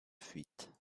fuite